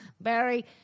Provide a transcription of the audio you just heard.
Barry